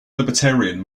libertarian